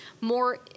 more